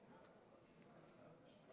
שלוש